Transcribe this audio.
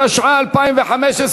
התשע"ה 2015,